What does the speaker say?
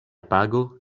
pago